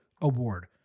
Award